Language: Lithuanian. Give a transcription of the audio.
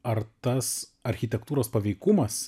ar tas architektūros paveikumas